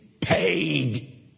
paid